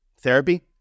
therapy